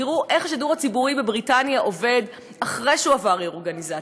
תראו איך השידור הציבורי בבריטניה עובד אחרי שהוא עבר רה-אורגניזציה,